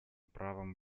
правом